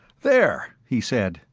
there, he said,